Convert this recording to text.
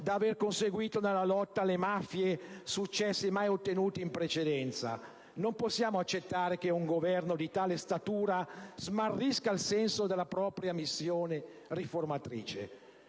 d'aver conseguito nella lotta alle mafie successi mai ottenuti in precedenza. Non possiamo accettare che un Governo di tale statura smarrisca il senso della propria missione riformatrice.